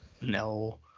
No